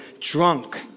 drunk